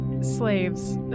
slaves